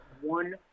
one